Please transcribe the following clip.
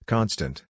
Constant